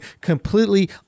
completely